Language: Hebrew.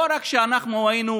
לא רק שאנחנו היינו